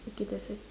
okay there's a